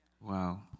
Wow